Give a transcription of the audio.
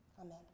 Amen